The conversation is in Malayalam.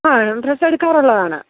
ആ ഡ്രെസ്സ് എടുക്കാറുള്ളതാണ്